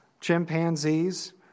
chimpanzees